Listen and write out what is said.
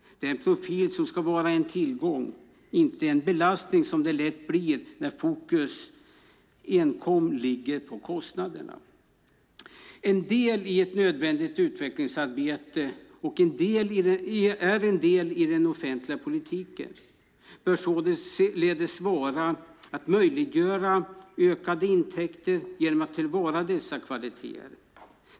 Det är en profil som ska vara en tillgång, inte en belastning som det lätt blir när fokus enkom ligger på kostnaderna. En del i ett nödvändigt utvecklingsarbete och en del i den offentliga politiken bör således vara att möjliggöra ökade intäkter genom att ta till vara dessa kvaliteter.